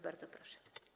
Bardzo proszę.